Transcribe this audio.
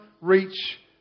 reach